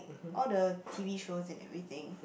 all the T_V shows and everything